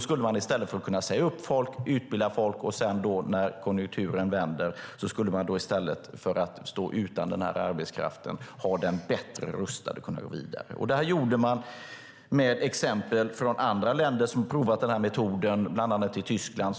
I stället för att säga upp folk skulle man utbilda folk, och när konjunkturen vände skulle man ha arbetskraften bättre rustad och kunna gå vidare i stället för att stå utan den. Det här gjorde man efter exempel från andra länder som provat den här metoden, bland annat Tyskland.